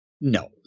no